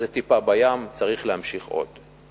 זה טיפה בים, צריך להמשיך עוד.